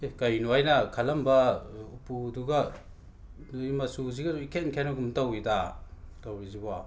ꯑꯦ ꯀꯩꯅꯣ ꯑꯩꯅ ꯈꯜꯂꯝꯕ ꯎꯄꯨꯗꯨꯒ ꯃꯆꯨꯁꯤꯒꯁꯨ ꯏꯈꯦꯟ ꯈꯦꯅꯒꯨꯝ ꯇꯧꯏꯗ ꯇꯧꯔꯤꯁꯤꯕꯣ